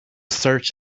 search